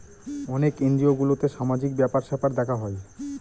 অনেক এনজিও গুলোতে সামাজিক ব্যাপার স্যাপার দেখা হয়